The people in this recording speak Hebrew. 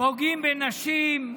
פוגעים בנשים,